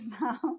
now